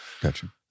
Gotcha